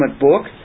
book